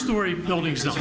story buildings